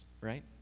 right